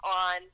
on